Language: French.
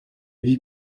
vie